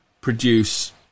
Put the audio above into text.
produce